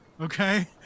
okay